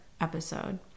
episode